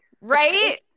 Right